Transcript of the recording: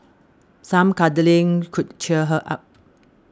some cuddling could cheer her up